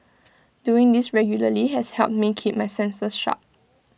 doing this regularly has helped me keep my senses sharp